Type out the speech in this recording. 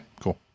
cool